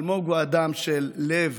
אלמוג הוא אדם של לב,